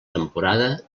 temporada